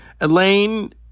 Elaine